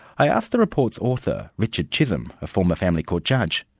i asked the report's author, richard chisholm, a former family court judge,